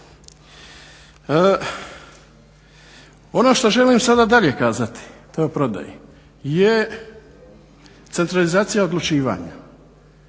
Ono što želim sada dalje kazati to je o prodaji, je centralizacija odlučivanja